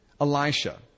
Elisha